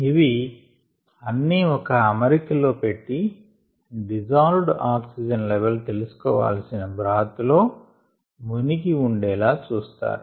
ఇవి అన్ని ఒక అమరిక లో పెట్టి డిజాల్వ్డ్ ఆక్సిజన్ లెవల్ తెలుసుకోవాల్సిన బ్రాత్ లో మునిగి ఉండేలా చూస్తారు